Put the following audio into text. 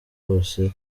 wose